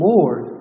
Lord